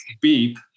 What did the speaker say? beep